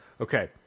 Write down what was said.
okay